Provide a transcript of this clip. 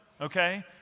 okay